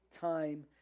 time